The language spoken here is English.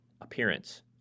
appearance